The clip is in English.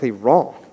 wrong